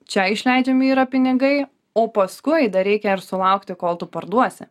čia išleidžiami yra pinigai o paskui dar reikia ir sulaukti kol tu parduosi